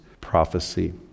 prophecy